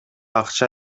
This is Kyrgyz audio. акча